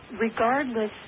regardless